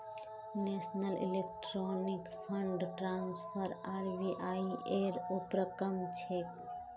national electronic fund transfer RBI ऐर उपक्रम छेक